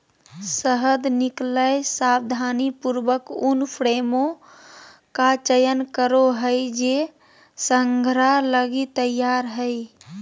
शहद निकलैय सावधानीपूर्वक उन फ्रेमों का चयन करो हइ जे संग्रह लगी तैयार हइ